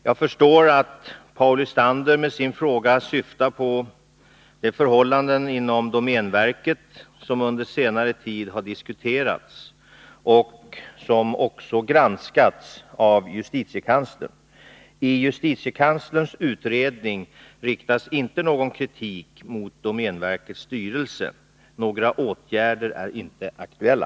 Jag förstår att Paul Lestander med sin fråga syftar på de förhållanden inom domänverket som under senare tid har diskuterats och som också har granskats av justitiekanslern. I justitiekanslerns utredning riktas inte någon kritik mot domänverkets styrelse. Några åtgärder är inte aktuella.